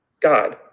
God